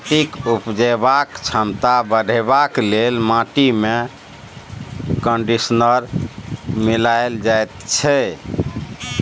माटिक उपजेबाक क्षमता बढ़ेबाक लेल माटिमे कंडीशनर मिलाएल जाइत छै